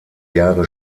jahre